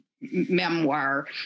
memoir